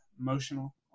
emotional